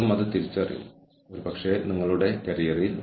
ചില ആളുകൾ ഓർഗനൈസേഷനിൽ പിന്തുടരുന്ന പ്രക്രിയകൾക്ക് അർഹമായ പരിഗണന നൽകുന്നു